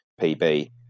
PB